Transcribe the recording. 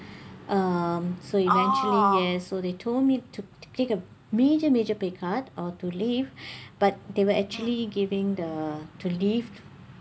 um so eventually yes so they told me to take a major major pay cut or to leave but they were actually giving the to leave our